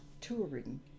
touring